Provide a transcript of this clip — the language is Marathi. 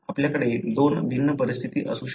आपल्याकडे दोन भिन्न परिस्थिती असू शकतात